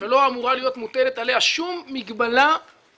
ולא אמורה להיות מוטלת עליה שום מגבלה בתפקוד,